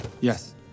yes